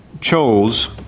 chose